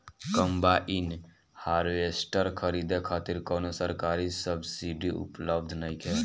Combine harvester खरीदे खातिर कउनो सरकारी सब्सीडी उपलब्ध नइखे?